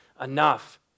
enough